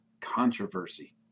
controversy